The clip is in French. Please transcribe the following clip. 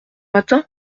matin